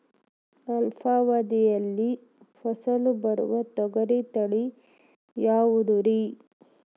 ಅಲ್ಪಾವಧಿಯಲ್ಲಿ ಫಸಲು ಬರುವ ತೊಗರಿ ತಳಿ ಯಾವುದುರಿ?